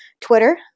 Twitter